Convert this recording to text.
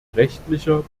rechtlicher